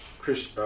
Chris